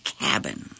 cabin